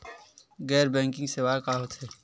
गैर बैंकिंग सेवाएं का होथे?